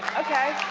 okay.